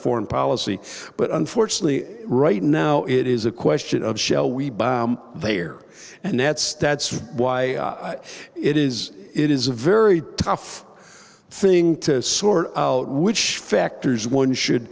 foreign policy but unfortunately right now it is a question of shall we buy they are and nets that's why it is it is a very tough thing to sort out which factors one should